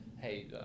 Hey